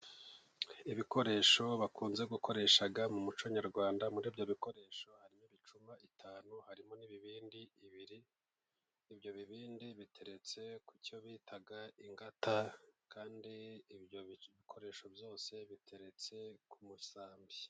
Ibikoresho bakunze gukoresha mu muco Nyarwanda muri ibyo bikoresho harimo ibicuma bitanu, harimo n'ibibindi bibiri. Ibyo bibindi biteretse ku cyo bita ingata kandi ibyo bikoresho byose biteretse ku musambi.